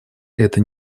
это